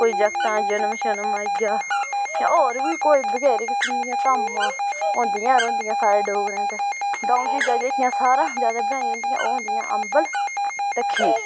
कोई जागत दा जनम शनम आई गेआ ते होर बी कोई बत्थेरे किसम दियां धामां होंदियां रौंह्दियां साढ़ै डोगरें च डोगरीं च जेह्कियां सारे हा ज्यादा बनाइयां जंदियां ओह् होंदियां अंबल ते खीर